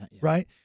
Right